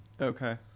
Okay